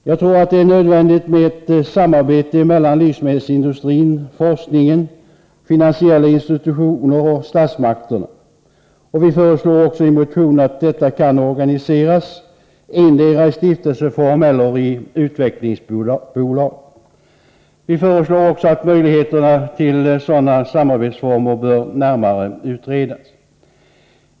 Jag tror att det är nödvändigt med ett samarbete mellan livsmedelsindustrin, forskningen, finansiella institutioner och statsmakterna. Vi föreslår i motionen att detta skall organiseras endera i stiftelseform eller i utvecklingsbolag. Vi föreslår också att möjligheterna till sådana samarbetsformer bör närmare utredas.